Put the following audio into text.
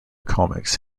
comics